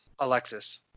Alexis